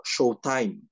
showtime